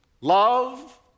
love